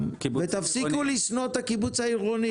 תפסיקו לשנוא את הקיבוץ העירוני.